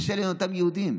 בשל היותם יהודים.